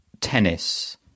tennis